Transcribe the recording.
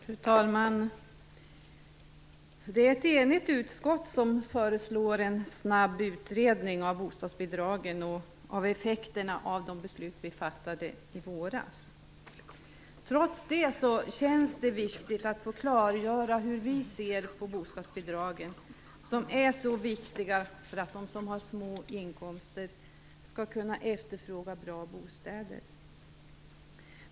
Fru talman! Det är ett enigt utskott som föreslår en snabb utredning av bostadsbidragen och av effekterna av det beslut vi fattade i våras. Trots detta känns det viktigt att få klargöra hur vi ser på bostadsbidragen, som är så viktiga för att de som har små inkomster skall kunna efterfråga bra bostäder.